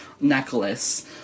necklace